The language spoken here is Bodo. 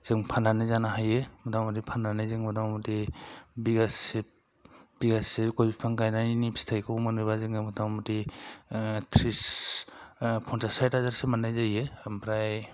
जों फाननानै जानो हायो मथा मथि फाननानै जों मथा मथि बिगासे बिगासे गय बिफां गायनायनि फिथाइखौ मोनोब्ला जोङो मथा मथि थ्रिस पन्चास साइथ हाजारसो मोननाय जायो ओमफ्राय